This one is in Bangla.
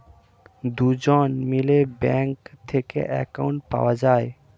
দুজন মিলে ব্যাঙ্ক থেকে অ্যাকাউন্ট পাওয়া যায়